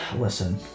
Listen